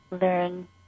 learn